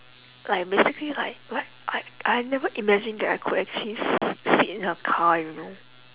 like basically like like like I never imagined that I could actually s~ sit in her car you know